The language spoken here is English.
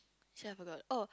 shit I forgot oh